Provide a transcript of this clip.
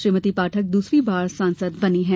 श्रीमति पाठक दूसरी बार सांसद बनी हैं